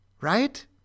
Right